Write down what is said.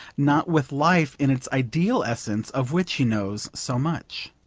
not with life in its ideal essence, of which he knows so much.